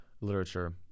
literature